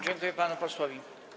Dziękuję panu posłowi.